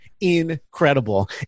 incredible